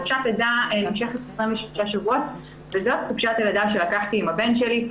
חופשת לידה נמשכת 26 שבועות וזאת חופשת הלידה שלקחתי עם הבן שלי.